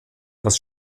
das